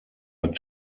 are